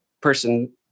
person